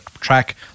track